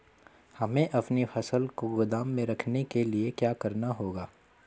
हमें अपनी फसल को गोदाम में रखने के लिये क्या करना होगा?